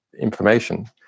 information